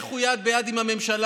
לכו יד ביד עם הממשלה,